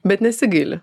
bet nesigaili